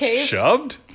shoved